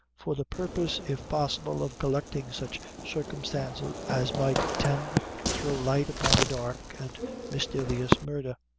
for the purpose, if possible, of collecting such circumstances as might tend to throw light upon a dark and mysterious murder.